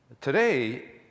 today